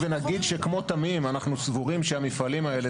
ונגיד שכמו תמים אנחנו סבורים שהמפעלים האלה